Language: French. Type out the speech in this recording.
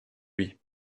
lui